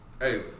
Hey